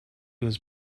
was